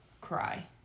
cry